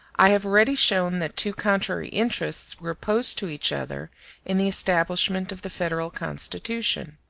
i have already shown that two contrary interests were opposed to each other in the establishment of the federal constitution.